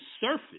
surface